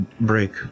break